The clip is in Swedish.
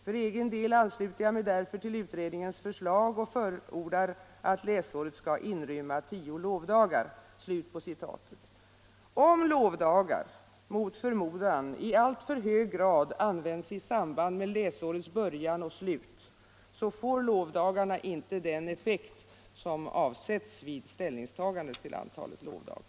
För egen del ansluter jag mig därför till utredningens förslag och förordar, att läsåret skall inrymma 10 lovdagar.” Om lovdagar mot förmodan i alltför hög grad används I samband med läsårets början och slut får lovdagarna inte den effekt som avseus vid ställningstagandet till antalet lovdagar.